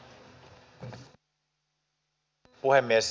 arvoisa rouva puhemies